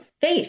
face